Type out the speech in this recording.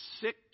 sick